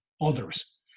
others